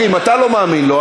אם אתה לא מאמין לו,